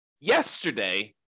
yesterday